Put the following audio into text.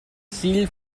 sealed